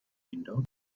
window